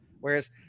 Whereas